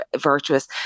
virtuous